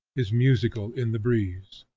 is musical in the breeze.